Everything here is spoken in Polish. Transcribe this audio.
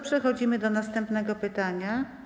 Przechodzimy do następnego pytania.